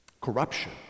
corruption